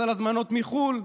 מס על הזמנות מחו"ל,